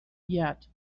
yet